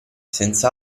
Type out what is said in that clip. senza